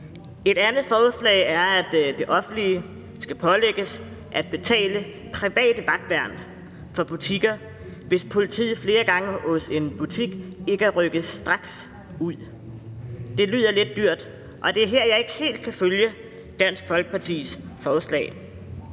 Et andet forslag er, at det offentlige skal pålægges at betale private vagtværn for butikker, hvis politiet flere gange ikke straks er rykket ud til en butik. Det lyder lidt dyrt, og det er her, jeg ikke helt kan følge Dansk Folkepartis forslag.